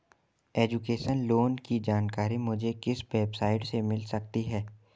Education loan की जानकारी मुझे किस वेबसाइट से मिल सकती है?